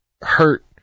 hurt